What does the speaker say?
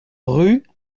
rue